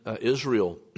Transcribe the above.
Israel